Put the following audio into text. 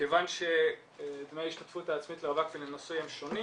מכוון שדמי ההשתתפות העצמית לרווק ולנשוי הם שונים